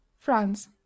france